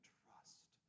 trust